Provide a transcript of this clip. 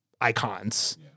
icons